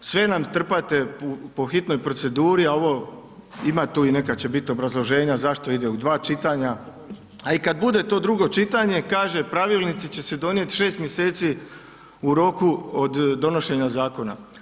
Sve nam trpate po hitnoj proceduri, a ovo, ima tu i neka će biti obrazloženja zašto ide u dva čitanja, a i kad bude to drugo čitanje, kaže, pravilnici će se donijeti 6 mjeseci u roku od donošenja zakona.